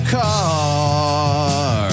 car